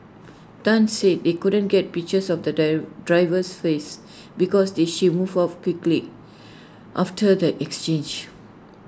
Tan said they couldn't get pictures of the dove driver's face because they she moved off quickly after the exchange